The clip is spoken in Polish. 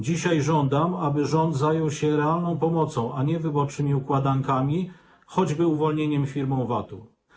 Dzisiaj żądam, aby rząd zajął się realną pomocą, a nie wyborczymi układankami, choćby uwolnieniem firm od VAT-u.